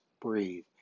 breathe